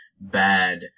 bad